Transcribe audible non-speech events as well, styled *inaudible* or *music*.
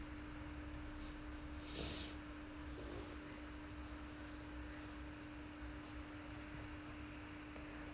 *breath*